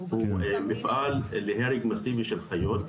הוא מפעל להרג מאסיבי של חיות.